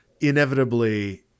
inevitably